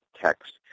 text